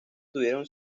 tuvieron